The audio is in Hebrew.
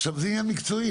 עכשיו, זה עניין מקצועי.